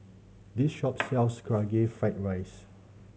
this shop sells Karaage Fried Rice